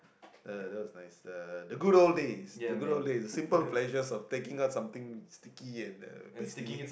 uh that was nice uh the good old days the good old days simple pleasures of taking out something sticky and uh pasting it